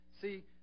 See